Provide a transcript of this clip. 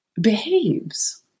behaves